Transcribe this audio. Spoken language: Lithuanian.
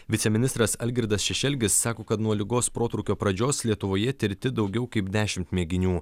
viceministras algirdas šešelgis sako kad nuo ligos protrūkio pradžios lietuvoje tirti daugiau kaip dešimt mėginių